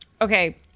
Okay